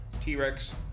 T-Rex